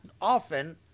often